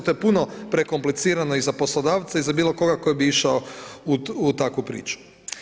To je puno prekomplicirano i za poslodavce i za bilo koga koji bi išao u takvu priču.